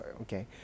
Okay